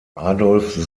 adolf